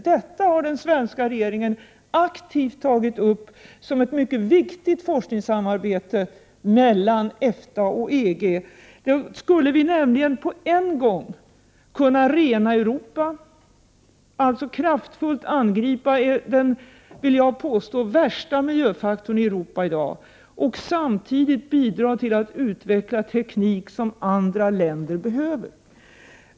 Detta har den svenska regeringen aktivt tagit upp som ett mycket viktigt forskningssamarbete mellan EFTA och EG. Då skulle vi nämligen, på en gång, kunna rena Europa, alltså kraftfullt angripa den, vill jag påstå, värsta miljöfaktorn i Europa i dag, och samtidigt bidra till att utveckla teknik som andra länder behöver.